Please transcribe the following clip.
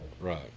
Right